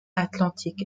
atlantic